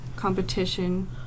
competition